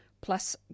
plus